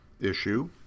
issue